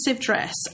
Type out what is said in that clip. dress